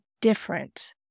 different